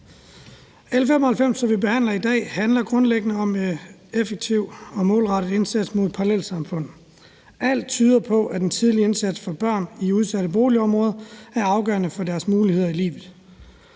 L 95, som vi behandler i dag, handler grundlæggende om en effektiv og målrettet indsats mod parallelsamfund. Alt tyder på, at en tidlig indsats for børn i udsatte boligområder er afgørende for deres muligheder i livet.